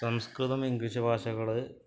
സംസ്കൃതം English ഭാഷകൾ